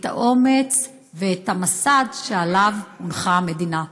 את האומץ ואת המסד שעליו הונחה המדינה.